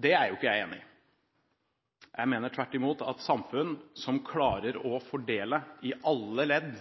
Det er jeg ikke enig i. Jeg mener tvert imot at samfunn som klarer å fordele i alle ledd